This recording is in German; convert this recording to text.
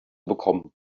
bekommen